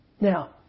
now